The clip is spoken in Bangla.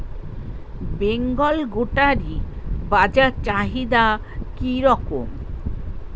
বেঙ্গল গোটারি বাজার চাহিদা কি রকম?